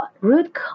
root